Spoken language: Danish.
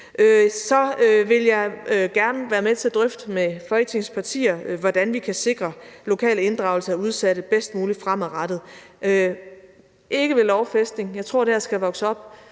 så vil jeg gerne være med til at drøfte med Folketingets partier, hvordan vi kan sikre lokal inddragelse af udsatte bedst muligt fremadrettet – og ikke ved lovfæstelse. Jeg tror, det her skal vokse op